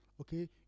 okay